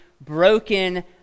broken